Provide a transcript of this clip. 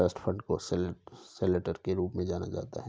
trust fund को settler के रूप में जाना जाता है